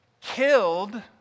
killed